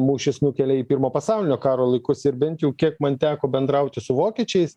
mūšis nukelia į pirmo pasaulinio karo laikus ir bent jau kiek man teko bendrauti su vokiečiais